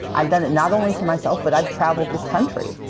i've done it not only for myself, but i've traveled this country,